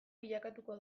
bilakatuko